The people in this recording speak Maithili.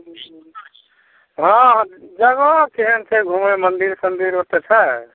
हँ हँ जगह केहन छै घुमै मन्दिर सन्दिर ओतऽ छै